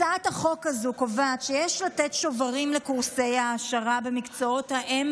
הצעת החוק הזו קובעת שיש לתת שוברים לקורסי העשרה במקצועות האם